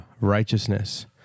righteousness